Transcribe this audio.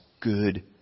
good